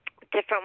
different